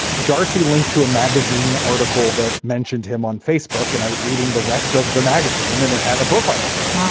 darcy linked to a magazine article that mentioned him on facebook, and i was reading the rest of the magazine and it had a profile of her.